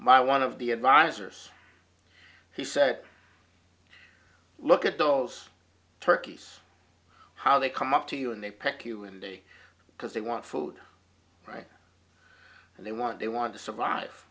my one of the advisors he said look at those turkeys how they come up to you and they pick you and day because they want food right and they want they want to survive